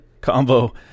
combo